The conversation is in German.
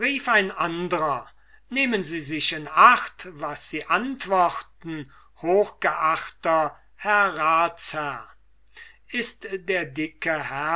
ein andrer nehmen sie sich in acht was sie antworten hochgeachter herr ratsherr ist der dicke